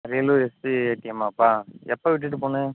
Ariyalur SBI ஏடிஎம்மாப்பா எப்போ விட்டுட்டு போன